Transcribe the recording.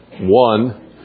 One